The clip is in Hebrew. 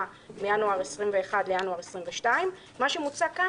מינואר 2021 לינואר 2022. מה שמוצע כאן,